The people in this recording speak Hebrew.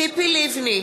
ציפי לבני,